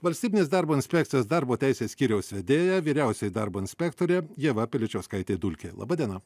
valstybinės darbo inspekcijos darbo teisės skyriaus vedėja vyriausioji darbo inspektorė ieva piličiauskaitė dulkė laba diena